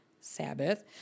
Sabbath